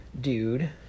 Dude